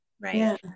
right